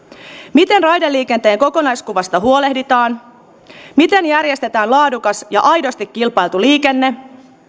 miten raideliikenteen kokonaiskuvasta huolehditaan miten järjestetään laadukas ja aidosti kilpailtu liikenne